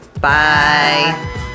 Bye